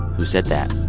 who said that